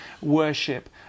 worship